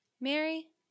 Mary